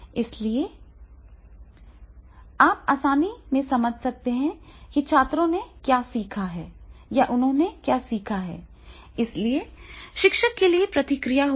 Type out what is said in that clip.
इसलिए आप आसानी से समझ सकते हैं कि छात्रों ने सीखा है या उन्होंने नहीं सीखा है इसलिए शिक्षक के लिए प्रतिक्रिया होगी